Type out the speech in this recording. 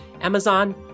Amazon